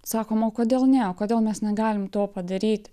sakom o kodėl ne o kodėl mes negalim to padaryti